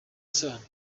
isano